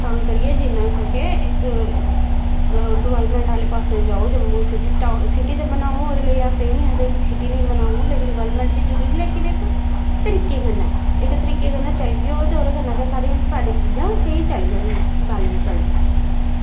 तां करियै जिन्ना होई सकै इक डवैलपमैंट आह्ले पास्से गी जाओ जम्मू सिटी टा सिटी ते बनाओ ओह्दे लेई अस एह् निं आखदे डवैलपमैंट बी जरूरी ऐ लेकिन इक तरीके कन्नै इक तरीके कन्नै चलगेओ ते ओह्दे कन्नै गै सारी चीज़ां स्हेई चलङन बैलैंस चलङन